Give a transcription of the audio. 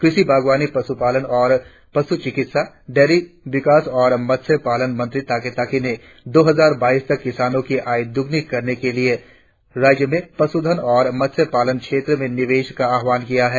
कृषि बागवानी पशुपालन और पशु चिकित्सा डेयरी विकास और मत्स्य पालन मंत्री ताके ताकी ने दो हजार बाईस तक किसानों की आय दोगुनी करने के लिए राज्य में पशुधन और मत्स्य पालन क्षेत्रों में निवेश का आह्वान किया है